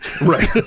Right